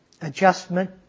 adjustment